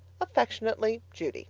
affectionately, judy